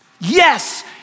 Yes